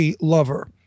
lover